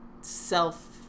self